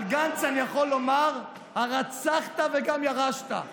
על גנץ אני יכול לומר: הרצחת וגם ירשת?